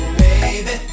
baby